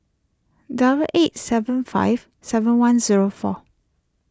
double eight seven five seven one zero four